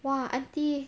!wah! aunty